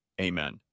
Amen